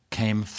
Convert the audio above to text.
came